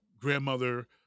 grandmother